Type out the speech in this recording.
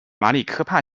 马里科帕